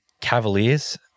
Cavaliers